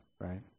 right